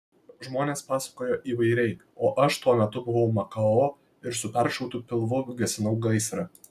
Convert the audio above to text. žmonės pasakojo įvairiai o aš tuo metu buvau makao ir su peršautu pilvu gesinau gaisrą